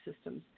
systems